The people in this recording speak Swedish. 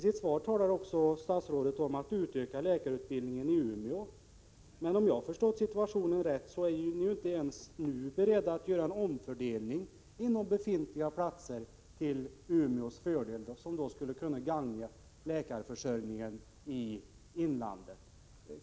I sitt svar talar statsrådet också om att utöka läkarutbildningen i Umeå, men om jag förstått situationen rätt är ni inte ens beredda att göra en omfördelning av befintliga platser till Umeås fördel, som skulle kunna gagna läkarförsörjningen i inlandet.